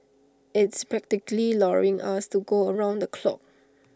it's practically luring us to go around the clock